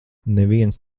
neviens